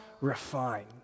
refine